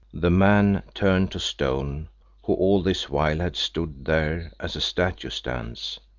the man turned to stone who all this while had stood there as a statue stands,